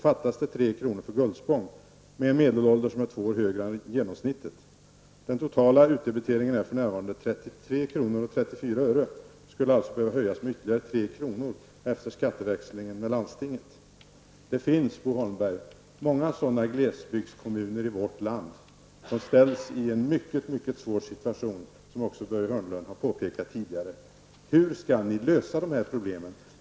Fattas alltså 3 kr. för Gullspång, med en medelålder som är två år högre än riksgenomsnittet. Den totala kommunala utdebiteringen är för närvarande 33 kr. och 34 öre. och skulle alltså behöva höjas med ytterligare 3 kr. efter skatteväxlingen med landstinget. Det finns, Bo Holmberg, fler sådana glesbygdskommuner i vårt land som ställs i en mycket svår situation, som också Börje Hörnlund här har påpekat. Hur skall vi lösa detta problem?